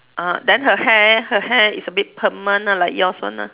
err then her hair her hair is a bit perm one ah like yours one ah